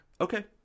Okay